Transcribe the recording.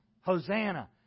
Hosanna